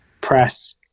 press